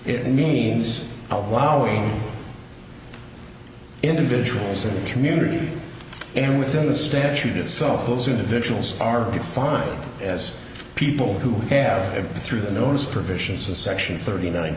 it means allowing individuals in a community and within the statute itself those individuals are defined as people who have lived through the nose provisions of section thirty nine